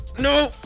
no